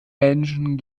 menschen